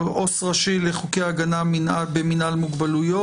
עו"ס ראשי לחוקי הגנה במינהל מוגבלויות,